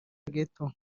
ghetto